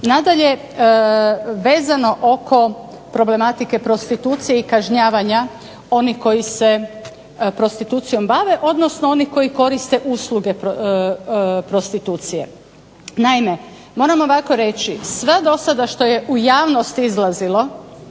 Nadalje, vezano oko problematike prostitucije i kažnjavanja onih koji se prostitucijom bave, odnosno onih koji koriste usluge prostitucije. Naime, moram ovako reći sve do sada što je u javnosti izlazilo